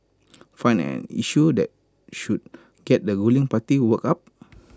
find an issue that should get the ruling party worked up